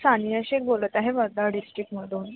सानिया शेक बोलत आहे वर्धा डिस्ट्रिक्टमधून